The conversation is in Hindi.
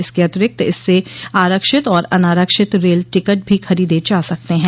इसके अतिरिक्त इससे आरक्षित और अनारक्षित रेल टिकट भी खरीदे जा सकते हैं